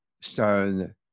stone